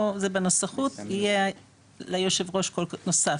או זה בנוסחות יהיה ליושב ראש קול נוסף.